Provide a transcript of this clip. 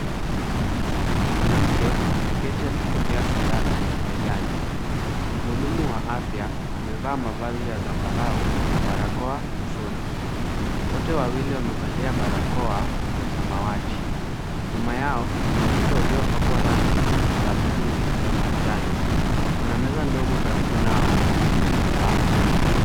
Mwanamke ameketi akipokea sindano begani. Mhudumu wa afya amevaa mavazi ya zambarau na barakoa usoni. Wote wawili wamevalia barakoa za samawati. Nyuma yao kuna ukuta uliopakwa rangi za bluu na manjano. Kuna meza ndogo karibu nao yenye vifaa.